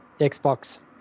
Xbox